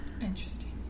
Interesting